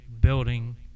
building